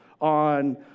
on